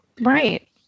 Right